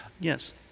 Yes